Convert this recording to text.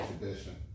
tradition